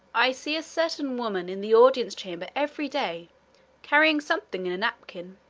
i see a certain woman in the audience-chamber every day carrying something in a napkin.